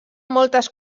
moltes